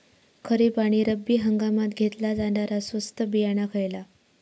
खरीप आणि रब्बी हंगामात घेतला जाणारा स्वस्त बियाणा खयला?